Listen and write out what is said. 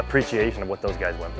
appreciation of what those guys w